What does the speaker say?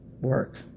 work